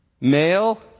male